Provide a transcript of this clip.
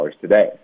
today